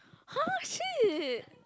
!huh! shit